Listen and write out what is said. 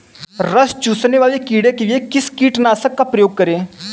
रस चूसने वाले कीड़े के लिए किस कीटनाशक का प्रयोग करें?